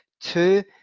Two